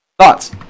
Thoughts